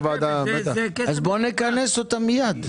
אז בוא נכנס אותה מיד.